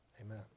amen